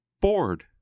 bored